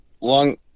long